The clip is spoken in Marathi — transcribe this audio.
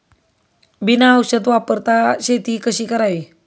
बिना औषध वापरता शेती कशी करावी?